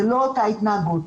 זה לא אותה התנהגות.